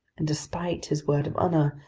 and despite his word of honor,